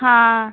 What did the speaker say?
हा